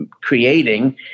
creating